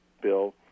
bill